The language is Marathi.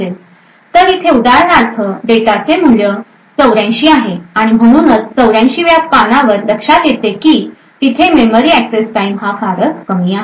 तर इथे उदाहरणार्थ डेटाचे मूल्य 84 आहे आणि म्हणूनच 84 व्या पानावर लक्षात येते की तिथे मेमरी एक्सेस टाइम हा फारच कमी आहे